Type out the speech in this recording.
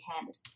hand